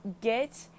get